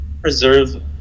preserve